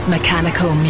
Mechanical